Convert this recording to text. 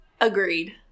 Agreed